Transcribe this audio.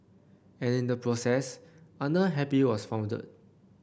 and in the process Under Happy was founded